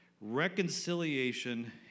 reconciliation